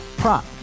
Prop